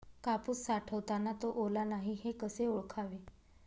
कापूस साठवताना तो ओला नाही हे कसे ओळखावे?